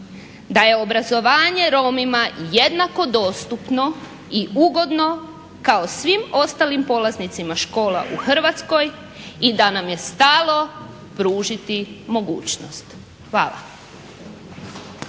da je obrazovanje Romima jednako dostupno i ugodno kao svim ostalim polaznicima škola u Hrvatskoj i da nam je stalo pružiti mogućnost. Hvala.